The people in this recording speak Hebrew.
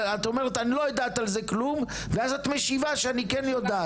את אומרת אני לא יודעת על זה כלום ואז את משיבה שאני כן יודעת.